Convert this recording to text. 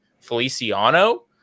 feliciano